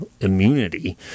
immunity